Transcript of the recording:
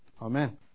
Amen